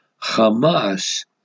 Hamas